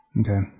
Okay